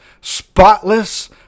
spotless